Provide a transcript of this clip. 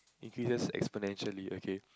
increases exponentially okay